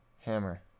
Hammer